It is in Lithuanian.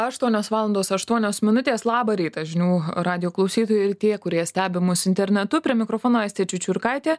aštuonios valandos aštuonios minutės labą rytą žinių radijo klausytojai ir tie kurie stebi mus internetu prie mikrofono aistė čiučiurkaitė